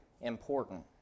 important